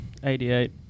88